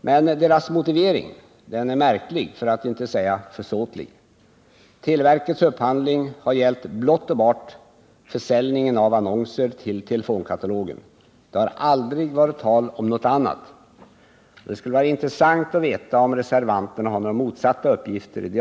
Men deras motivering är märklig, för att inte säga försåtlig. Televerkets upphandling har gällt blott och bart försäljningen av annonser till telefonkatalogen. Det har aldrig varit tal om något annat. Det skulle vara intressant att få veta om reservanterna har några andra uppgifter.